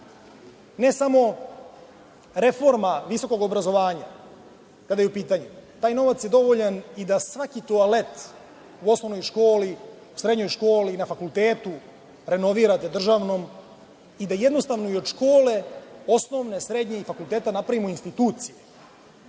ne samo reforma visokog obrazovanja, taj novac je dovoljan i da svaki toalet u osnovnoj školi, srednjoj školi, na fakultetu renovirate o državnom i da jednostavno i od škole osnovne, srednje i fakulteta napravimo instituciju.